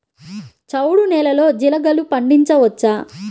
చవుడు నేలలో జీలగలు పండించవచ్చా?